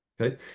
Okay